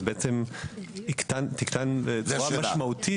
היבוא יקטן בצורה משמעותית.